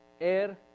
air